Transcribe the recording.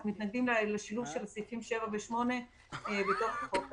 אנחנו מתנגדים לשילוב של סעיפים 7 ו-8 בתוך החוק הזה.